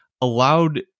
allowed